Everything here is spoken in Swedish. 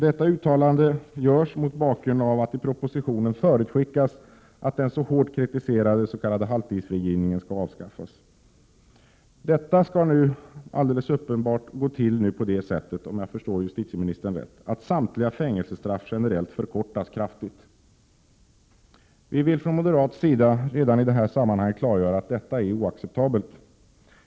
Detta uttalande görs mot bakgrund av att det i propositionen förutskickas att den så hårt kritiserade s.k. halvtidsfrigivningen skall avskaffas. Detta skall nu alldeles uppenbart gå till på det sättet, om jag förstår justitieministern rätt, att samtliga fängelsestraff generellt förkortas kraftigt. Vi vill från moderat sida redan i detta sammanhang klargöra att detta är oacceptabelt.